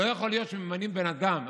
לא יכול להיות שממנים בן אדם,